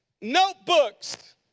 Notebooks